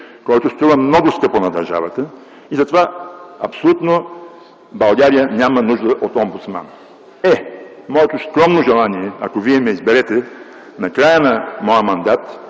който струва много скъпо на държавата и затова абсолютно България няма нужда от омбудсман.” Е, моето скромно желание, ако вие ме изберете, накрая на моя мандат,